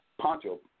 Poncho